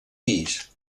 pis